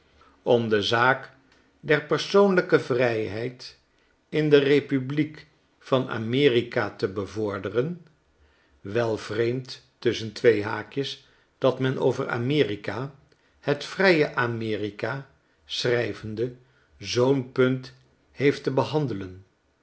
om de zaak der persoonlijke vrijheid in de republiek van amerika te bevorderen wel vreemd tusschen twee haakjes dat men over amerika hetvrije amerika schrijvende zoo'n punt heeft tebehandelen